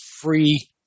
free